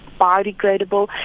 biodegradable